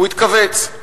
הוא התכווץ.